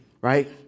right